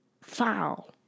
foul